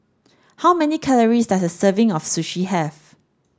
how many calories does a serving of Sushi have